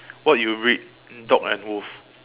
what you read dog and wolf